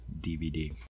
DVD